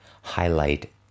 highlight